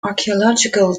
archaeological